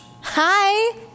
Hi